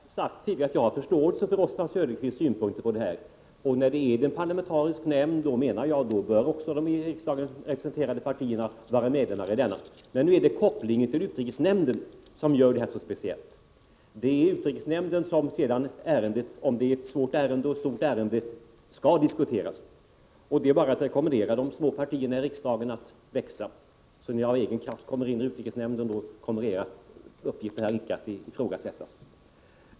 Herr talman! Jag har tidigare sagt att jag har förståelse för Oswald Söderqvists synpunkter på detta. Är det fråga om en parl>mentarisk nämnd, menar jag att de i riksdagen representerade partierna bör vara representerade i denna nämnd. Men nu är det kopplingen till utrikesnämnden som gör detta så speciellt. Det är i utrikesnämnden som ärendet, om det är ett stort och svårt ärende, skall diskuteras. Det är bara att rekommendera de små partierna i riksdagen att växa så att de av egen kraft kommer in i utrikesnämnden. Då kommer deras uppgifter här inte att ifrågasättas.